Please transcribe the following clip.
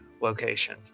location